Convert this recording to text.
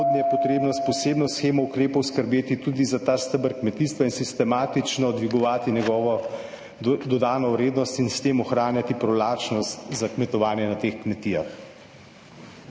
potrebno s posebno shemo ukrepov skrbeti tudi za ta steber kmetijstva in sistematično dvigovati njegovo dodano vrednost in s tem ohranjati privlačnost za kmetovanje na teh kmetijah.